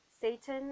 Satan